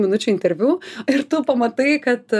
minučių interviu ir tu pamatai kad